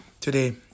today